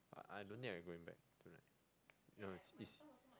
I I don't think I going back tonight no no it's it's